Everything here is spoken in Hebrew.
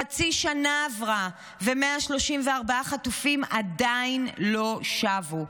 חצי שנה עברה ו-134 חטופים עדיין לא שבו.